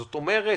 זאת אומרת,